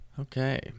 Okay